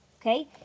Okay